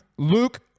Luke